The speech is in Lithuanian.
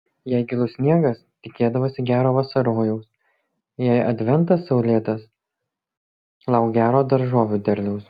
jei gilus sniegas tikėdavosi gero vasarojaus jei adventas saulėtas lauk gero daržovių derliaus